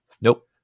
Nope